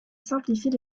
simplifier